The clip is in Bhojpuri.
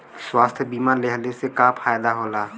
स्वास्थ्य बीमा लेहले से का फायदा होला?